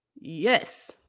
yes